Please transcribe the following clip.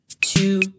two